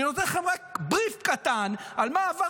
אני נותן לכם רק בריף קטן על מה עבר